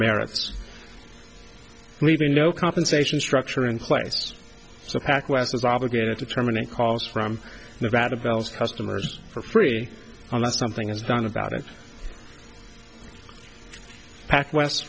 merits leaving no compensation structure in place so pack west is obligated to terminate calls from the radicals customers for free unless something is done about it back west